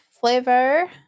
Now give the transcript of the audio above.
flavor